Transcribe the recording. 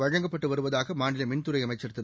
வழங்கப்பட்டு வருவதாக மாநில மின்துறை அமைச்சர் திரு